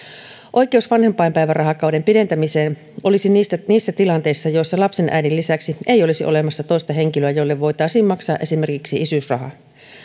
oikeus vanhempainpäivärahakauden pidentämiseen olisi niissä tilanteissa joissa lapsen äidin lisäksi ei olisi olemassa toista henkilöä jolle voitaisiin maksaa esimerkiksi isyysrahaa